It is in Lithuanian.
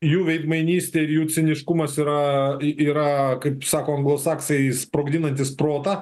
jų veidmainystė ir jų ciniškumas yra yra kaip sako anglosaksai sprogdinantis protą